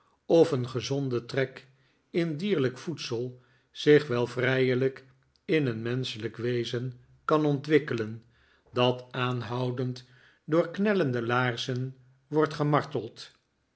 of een gezonde trek in dierlijk voedsel zich wel vrijelijk in een menschelijk wezen kan ontwikkelen dat aanhoudend door knellende laarzen wordt gemarteld